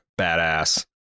badass